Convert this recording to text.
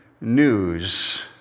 news